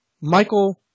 Michael